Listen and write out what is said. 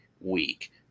week